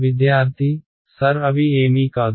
విద్యార్థి సర్ అవి ఏమీ కాదు